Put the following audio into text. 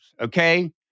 okay